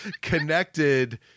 connected